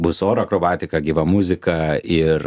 bus oro akrobatika gyva muzika ir